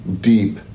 deep